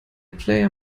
player